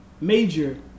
Major